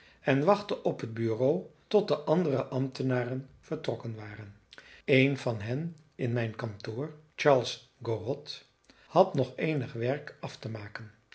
en wachtte op het bureau tot de andere ambtenaren vertrokken waren een van hen in mijn kantoor charles gorot had nog eenig werk af te maken